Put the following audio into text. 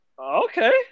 okay